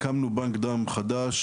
הקמנו בנק דם חדש